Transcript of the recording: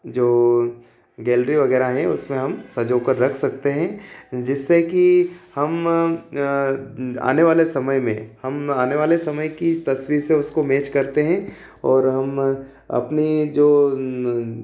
जो गैलरी वगैरह हैं उसमें हम संजोकर रख सकते हैं जिससे कि हम आने वाले समय में हम आने वाले समय कि तस्वीर से उसको मैच करते हैं और हम अपनी जो